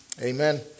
Amen